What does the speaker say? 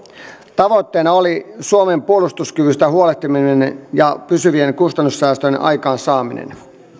tavoitteena oli suomen puolustuskyvystä huolehtiminen ja pysyvien kustannussäästöjen aikaansaaminen